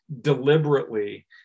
deliberately